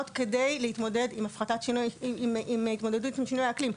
שונות להתמודדות עם שינויי האקלים.